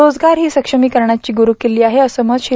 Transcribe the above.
रोजगार ही सक्षमीकरणाची गुस्किल्ली आहे असं मत श्री